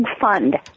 fund